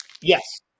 Yes